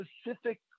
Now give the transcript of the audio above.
specific